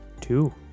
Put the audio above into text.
two